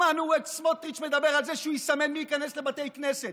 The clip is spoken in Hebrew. שמענו את סמוטריץ' מדבר על זה שהוא יסמן מי ייכנס לבתי כנסת.